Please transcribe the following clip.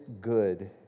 good